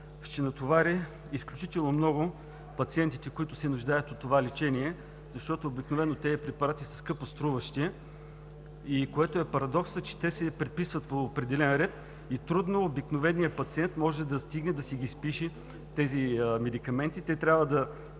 ще натовари изключително много пациентите, които се нуждаят от това лечение, защото обикновено тези препарати са скъпоструващи. Парадоксът е, че те се предписват по определен ред и трудно обикновеният пациент може да стигне да си изпише тези медикаменти. Те трябва да